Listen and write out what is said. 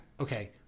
okay